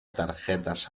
tarjetas